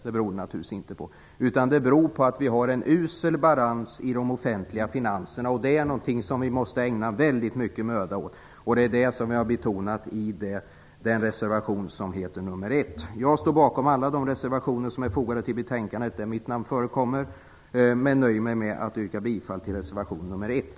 Det gör det naturligtvis inte, utan det beror på att vi har en usel balans i de offentliga finanserna, vilket är någonting som vi måste ägna väldigt mycket möda åt. Det är också det som vi har betonat i reservation nr 1. Jag står bakom alla de reservationer som är fogade till betänkandet där mitt namn förekommer men nöjer mig med att yrka bifall till reservation nr 1.